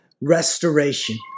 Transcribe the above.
restoration